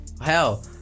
Hell